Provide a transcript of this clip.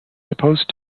supposed